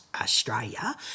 Australia